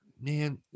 Man